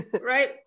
right